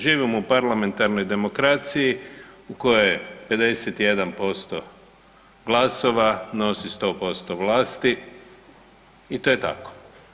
Živimo u parlamentarnoj demokraciji u kojoj je 51% glasova nosi 100% vlasti i to je tako.